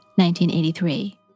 1983